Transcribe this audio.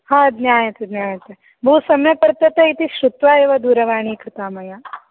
हा ज्ञायते ज्ञायते बहु सम्यक् वर्तते इति श्रुत्वा एव दूरवाणी कृता मया